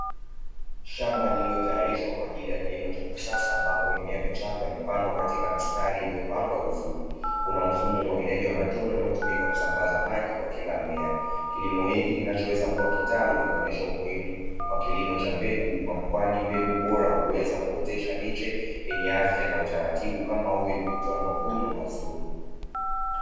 Shamba lililotayarishwa kwaajili ya kilimo cha kisasa ambapo, mimea michanga imepandwa katika mistari iliyopangwa vizuri, kuna mfumo wa umwagiliaji kwa njia ya matone unaotumika kusambaza maji kwa kila mmea. Kilimo hiki kinaweza kutumia kitalu kinaonesha umuhimu kwa kilimo cha mbegu kwani mbegu bora huweza kuotesha miche yenye afya na utaratibu ili kutoa mavuno mazuri.